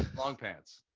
long panels.